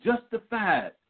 justified